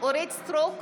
אורית מלכה סטרוק,